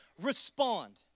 respond